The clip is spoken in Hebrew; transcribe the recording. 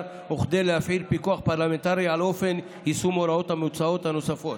וכדי להפעיל פיקוח פרלמנטרי על אופן יישום ההוראות המוצעות הנוספות.